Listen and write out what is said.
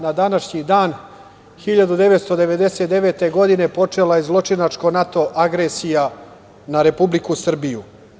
Na današnji dan 1999. godine počela je zločinačka NATO agresija na Republiku Srbiju.